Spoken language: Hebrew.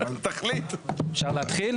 אפשר להתחיל?